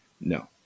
No